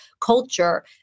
culture